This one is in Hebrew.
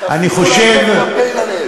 תפסיקו,